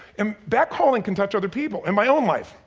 um that calling can touch other people. in my own life,